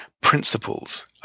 principles